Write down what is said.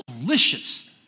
delicious